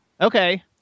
Okay